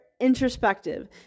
introspective